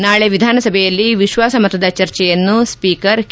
ನಾಳೆ ವಿಧಾನಸಭೆಯಲ್ಲಿ ವಿಶ್ವಾಸಮತದ ಚರ್ಚೆಯನ್ನು ಸ್ಪೀಕರ್ ಕೆ